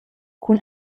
cun